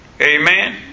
Amen